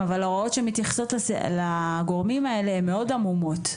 אבל ההוראות שמתייחסות לגורמים האלה הן מאוד עמומות.